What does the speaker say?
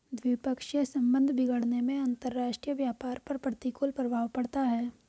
द्विपक्षीय संबंध बिगड़ने से अंतरराष्ट्रीय व्यापार पर प्रतिकूल प्रभाव पड़ता है